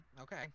okay